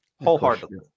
wholeheartedly